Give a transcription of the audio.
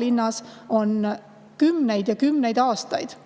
linnas on kümneid ja kümneid aastaid,